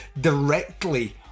directly